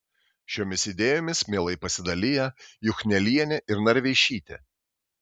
šiomis idėjomis mielai pasidalija juchnelienė ir narveišytė